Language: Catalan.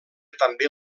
també